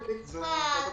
בצפת,